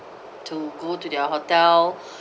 to go to their hotel